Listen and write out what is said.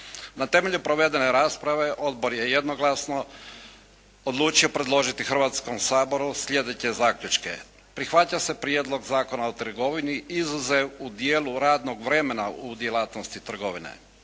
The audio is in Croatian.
Na temelju provedene rasprave odbor je jednoglasno odlučio predložiti Hrvatskom saboru slijedeće zaključke: Prihvaća se Prijedlog zakona o trgovini izuzev u dijelu radnog vremena u djelatnosti trgovine.